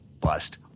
bust